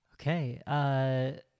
Okay